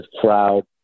crowd